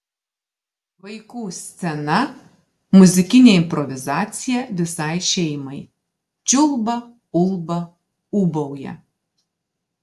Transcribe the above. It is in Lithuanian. vaikų scena muzikinė improvizacija visai šeimai čiulba ulba ūbauja